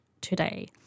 today